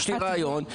יש לי עוד רעיון.